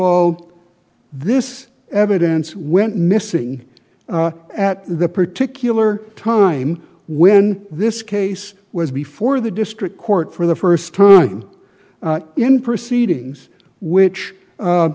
all this evidence went missing at the particular time when this case was before the district court for the first time in proceedings which